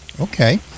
Okay